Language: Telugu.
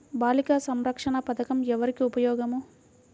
బాలిక సంరక్షణ పథకం ఎవరికి ఉపయోగము?